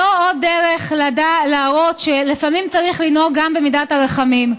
זו עוד דרך להראות שלפעמים צריך לנהוג גם במידת הרחמים.